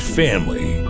family